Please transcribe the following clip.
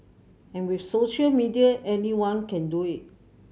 and with social media anyone can do it